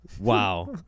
Wow